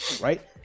right